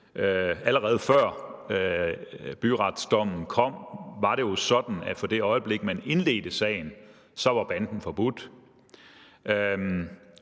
Allerede før byretsdommen vedrørende LTF kom, var det jo sådan, at fra det øjeblik, man indledte sagen, var banden forbudt,